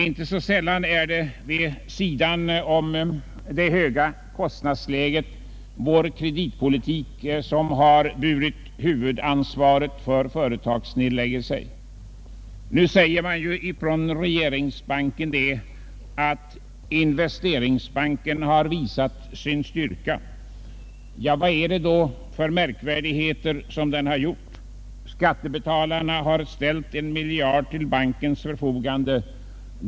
Inte sällan är det vid sidan om det höga kostnadsläget vår kreditpolitik som har burit huvudansvaret för företagsnedläggelser. Nu säger man från regeringssidan att Investeringsbanken har visat sin styrka. Vad är det då för märkvärdigheter som den har gjort? Skattebetalarna har ställt en miljard kronor till bankens förfogande.